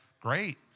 great